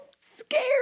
scared